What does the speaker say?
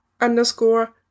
underscore